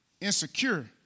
insecure